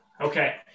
Okay